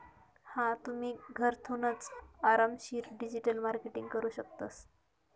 हा तुम्ही, घरथूनच आरामशीर डिजिटल मार्केटिंग करू शकतस